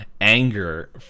anger